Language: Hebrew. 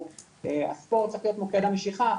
או הספורט צריך להיות מוקד המשיכה,